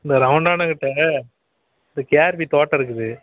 இந்த ரௌண்டானாக்கிட்ட இந்த கேஆர்பி தோட்டம் இருக்குது